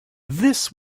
this